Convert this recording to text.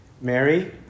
Mary